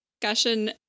discussion